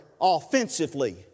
offensively